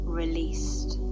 released